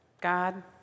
God